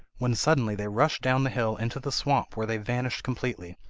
when suddenly they rushed down the hill into the swamp, where they vanished completely,